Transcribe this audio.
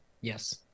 Yes